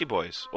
Boys